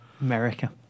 America